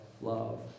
love